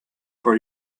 for